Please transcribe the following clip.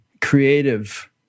creative